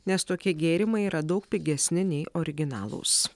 nes tokie gėrimai yra daug pigesni nei originalūs